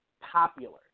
popular